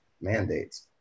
mandates